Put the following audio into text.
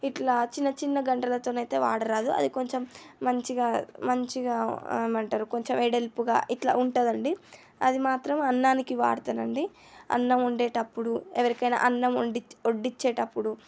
ఇట్లా చిన్నచిన్న గంటెలతోని అయితే వాడరాదు అది కొంచెం మంచిగా మంచిగా ఏమంటారు కొంచెం వెడల్పుగా ఇట్ల ఉంటుందండి అది మాత్రం అన్నానికి వాడతానండి అన్నం వండేటప్పుడు ఎవరికైనా అన్నం వండి వడ్డిచ్చేటప్పుడు